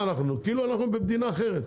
כאילו אנחנו חיים במדינה אחרת,